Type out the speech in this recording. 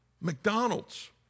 McDonald's